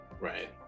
Right